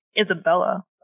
Isabella